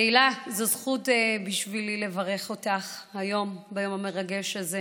תהלה, זאת זכות בשבילי לברך אותך ביום המרגש הזה.